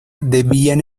debían